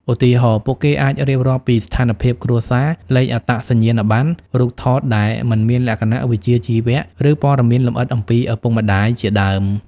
ឧទាហរណ៍ ពួកគេអាចរៀបរាប់ពីស្ថានភាពគ្រួសារ លេខអត្តសញ្ញាណប័ណ្ណ រូបថតដែលមិនមានលក្ខណៈវិជ្ជាជីវៈ ឬព័ត៌មានលម្អិតអំពីឪពុកម្តាយជាដើម។